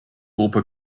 gruppe